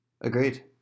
Agreed